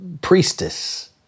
priestess